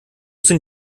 sind